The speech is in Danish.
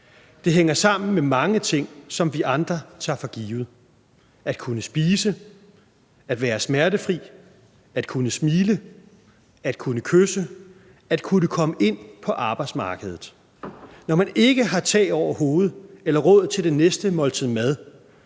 det hænger sammen med mange ting, som vi andre tager for givet: at kunne spise, at være smertefri, at kunne smile, at kunne kysse, at kunne komme ind på arbejdsmarkedet. Når man ikke har tag over hovedet eller råd til det næste måltid mad,